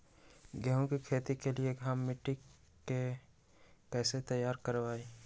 गेंहू की खेती के लिए हम मिट्टी के कैसे तैयार करवाई?